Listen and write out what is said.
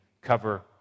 cover